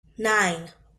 nine